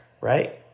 right